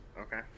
Okay